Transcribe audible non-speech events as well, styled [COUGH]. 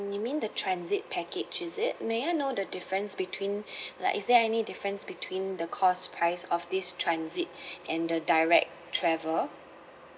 you mean the transit package is it may I know the difference between [BREATH] like is there any difference between the cost price of this transit and the direct travel